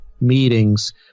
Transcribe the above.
meetings